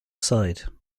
side